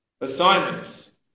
assignments